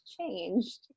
changed